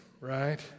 right